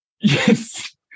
Yes